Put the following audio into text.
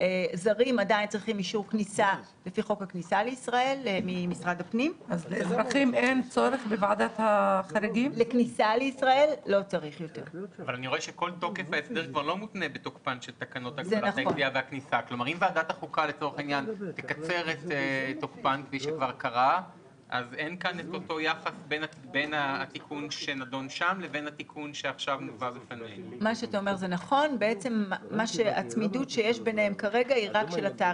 אדם כלי טיס הנושא נוסעים לישראל או ממנה,